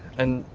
and,